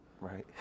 right